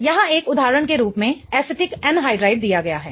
यहां एक उदाहरण के रूप में एसिटिक एनहाइड्राइड दिया गया है